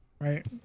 right